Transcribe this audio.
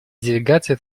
делегация